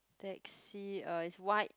taxi uh it's white